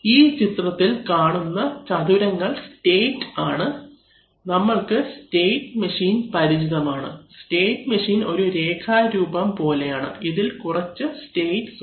ഈ ചിത്രത്തിൽ കാണുന്ന ചതുരങ്ങൾ സ്റ്റേറ്റ് ആണ് നമ്മൾക്ക് സ്റ്റേറ്റ് മെഷീൻ പരിചിതമാണ് സ്റ്റേറ്റ് മെഷീൻ ഒരു രേഖാ രൂപം പോലെയാണ് ഇതിൽ കുറച്ച് സ്റ്റേറ്റ് ഉണ്ട്